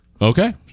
okay